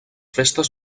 festes